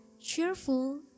cheerful